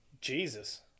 Jesus